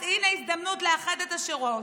אז הינה הזדמנות לאחד את השורות.